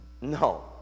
No